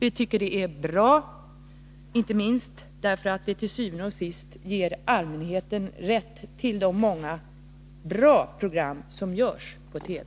Vi tycker det är bra, inte minst därför att det til syvende og sidst ger allmänheten rätt till de många bra program som görs i TV.